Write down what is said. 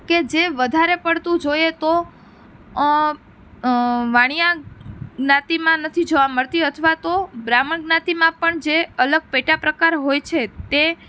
કે જે વધારે પડતું જોઈએ તો વાણિયા જ્ઞાતિમાં નથી જોવા મળતી અથવા તો બ્રાહ્મણ જ્ઞાતિમાં પણ જે અલગ પેટાપ્રકાર હોય છે તે